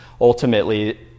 ultimately